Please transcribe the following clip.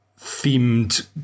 themed